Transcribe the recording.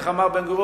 איך אמר בן-גוריון?